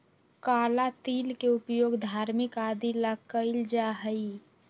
काला तिल के उपयोग धार्मिक आदि ला कइल जाहई